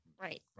Right